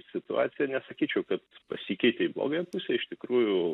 situacija nesakyčiau kad pasikeitė į blogąją pusę iš tikrųjų